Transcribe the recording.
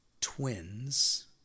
twins